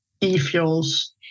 e-fuels